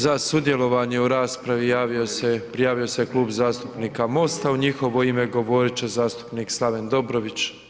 Za sudjelovanje u raspravi prijavio se Klub zastupnika MOST-a u njihovo ime govorit će zastupnik Slaven Dobrović.